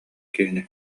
киһини